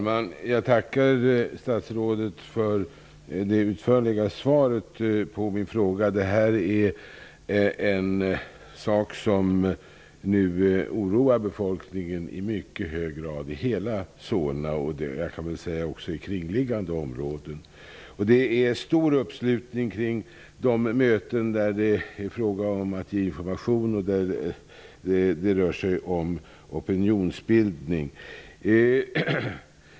Fru talman! Jag tackar statsrådet för det utförliga svaret på min fråga. Detta är något som oroar befolkningen i mycket hög grad i hela Solna och även i kringliggande områden. Det är stor uppslutning på de möten där det är fråga om att ge information och där det rör sig om oppinionsbildning i denna fråga.